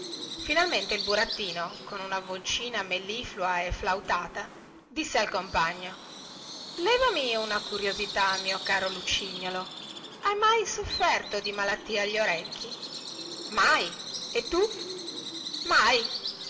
finalmente il burattino con una vocina melliflua e flautata disse al suo compagno levami una curiosità mio caro lucignolo hai mai sofferto di malattia agli orecchi mai e tu mai